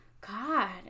God